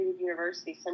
university